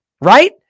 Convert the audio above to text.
right